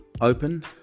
open